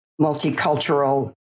multicultural